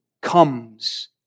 comes